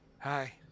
Hi